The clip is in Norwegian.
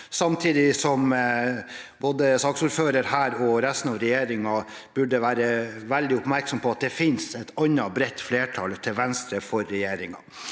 samtidig som både saksordføreren og regjeringen burde være veldig oppmerksom på at det finnes et annet bredt flertall til venstre for regjeringen.